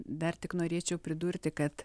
dar tik norėčiau pridurti kad